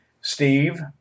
Steve